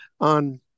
on